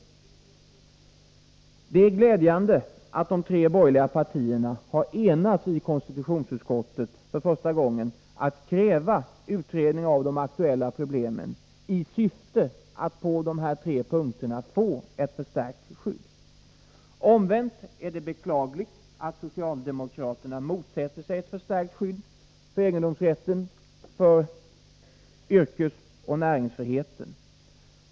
Det är glädjande att de tre borgerliga partierna i konstitutionsutskottet nu för första gången har enats om att kräva en utredning av de aktuella problemen, i syfte att få till stånd ett förstärkt skydd på de här tre punkterna. Omvänt är det beklagligt att socialdemokraterna motsätter sig ett förstärkt skydd för egendomsrätten och för yrkesoch näringsfriheten.